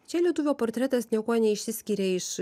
čia lietuvio portretas niekuo neišsiskiria iš